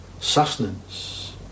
sustenance